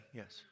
yes